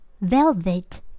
velvet